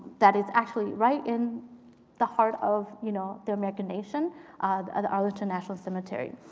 that it's actually right in the heart of you know the american nation at the arlington national cemetery.